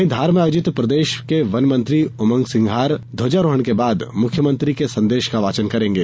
वहीं धार में आयोजित प्रदेश के वन मंत्री उमंग सिंघार ध्वजारोहण के बाद मुख्यमंत्री के संदेश का वाचन करेंगे